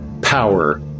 power